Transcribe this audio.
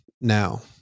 now